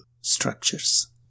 structures